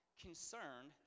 concerned